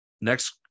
Next